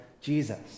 Jesus